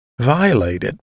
violated